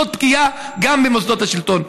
זאת פגיעה גם במוסדות השלטון.